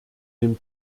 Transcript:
dem